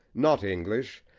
not english,